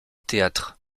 théâtre